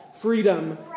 freedom